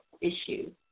issue